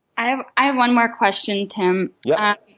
i um i have one more question, tim. yeah